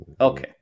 Okay